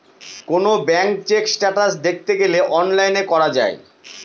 কোনো bank check status দেখতে গেলে অনলাইনে করা যায়